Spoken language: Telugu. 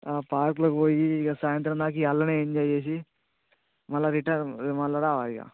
ఆ పార్క్లోకి పోయి ఇక సాయంత్రం దాకా ఇక అందులోనే ఎంజాయ్ చేసి మళ్ళా రిటర్న్ మళ్ళా రావాలిగా